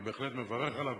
אני בהחלט מברך עליו,